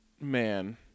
man